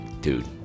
dude